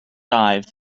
dive